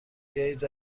بیایید